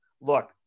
Look